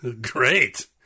great